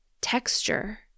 texture